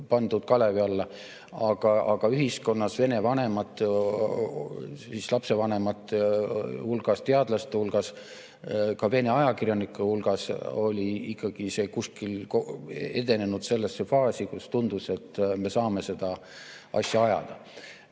pandud kalevi alla, aga ühiskonnas, vene lapsevanemate hulgas, teadlaste hulgas, ka vene ajakirjanike hulgas oli ikkagi see edenenud sellesse faasi, kus tundus, et me saame seda asja ajada.